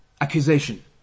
accusation